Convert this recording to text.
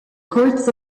courts